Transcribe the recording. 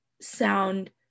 sound